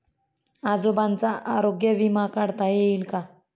आजोबांचा आरोग्य विमा काढता येईल का?